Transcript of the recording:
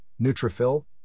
neutrophil